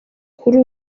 kuri